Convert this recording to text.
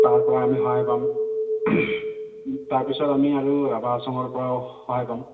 তাৰপৰা আমি সহায় পাম তাৰপিছত আমি আৰু ৰাভা হাছঙৰ পৰাও সহায় পাম